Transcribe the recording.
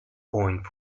point